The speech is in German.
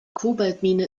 kobaltmine